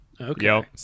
okay